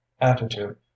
attitude